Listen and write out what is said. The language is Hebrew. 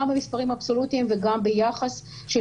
גם במספרים אבסולוטיים וגם ביחס של